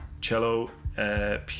cello